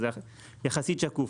יחסית שקוף.